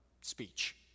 speech